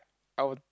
I would